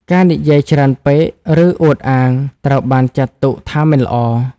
ការនិយាយច្រើនពេក ឬអួតអាង ត្រូវបានចាត់ទុកថាមិនល្អ។